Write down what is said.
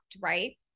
right